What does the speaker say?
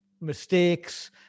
mistakes